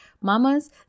mamas